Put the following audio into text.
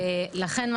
לכן,